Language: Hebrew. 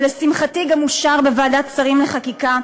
ולשמחתי הוא גם אושר בוועדת שרים לחקיקה,